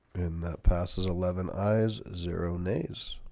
and that passes eleven eyes zero nays